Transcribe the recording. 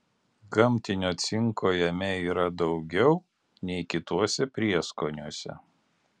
gamtinio cinko jame yra daugiau nei kituose prieskoniuose